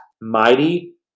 Mighty